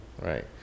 right